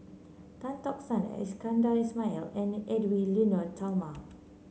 Tan Tock San Iskandar Ismail and Edwy Lyonet Talma